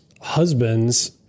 husbands